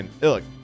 look